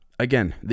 Again